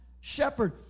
shepherd